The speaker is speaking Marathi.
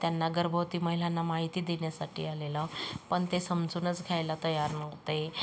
त्यांना गर्भवती महिलांना माहिती देण्यासाठी आलेलो आहो पण ते समजूनच घ्यायला तयार नव्हते